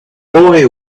boy